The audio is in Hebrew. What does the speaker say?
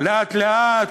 לאט-לאט,